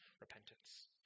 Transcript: repentance